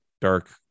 dark